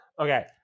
okay